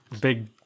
big